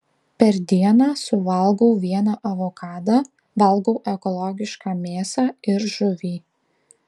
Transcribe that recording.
per dieną suvalgau vieną avokadą valgau ekologišką mėsą ir žuvį